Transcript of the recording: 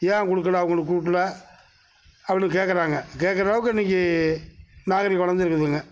ஏன் கொடுக்கல அவங்களுக்கு கொடுக்கல அப்படின் கேட்கறாங்க கேட்கற அளவுக்கு இன்னிக்கி நாகரிகம் வளர்ந்துருக்குதுங்க